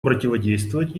противодействовать